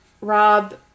Rob